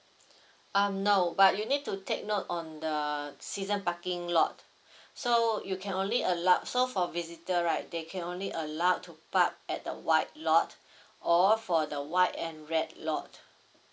um no but you need to take note on the season parking lot so you can only allowed so for visitor right they can only allowed to park at the white lot or for the white and red lot